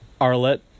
Arlette